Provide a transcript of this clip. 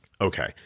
okay